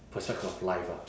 perspect of life ah